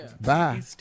Bye